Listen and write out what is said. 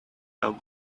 how